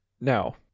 Now